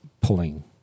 pulling